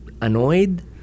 annoyed